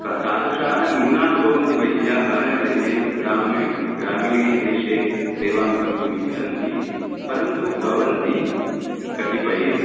त तदृशाः न्यूनाः भवन्ति वैद्याः ये तु ग्रामे ग्रामीणीय देशे सेवां कर्तुम् इच्छन्ति परन्तु भवन्ति कतिपये